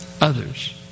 others